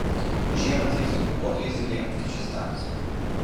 žiemą cypsi kuoduotoji zylė kryžiasnapis